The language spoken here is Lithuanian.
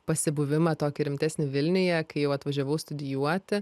pasibuvimą tokį rimtesnį vilniuje kai jau atvažiavau studijuoti